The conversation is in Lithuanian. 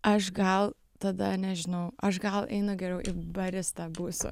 aš gal tada nežinau aš gal einu geriau barista būsiu